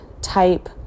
type